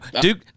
Duke